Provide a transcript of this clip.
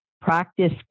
practice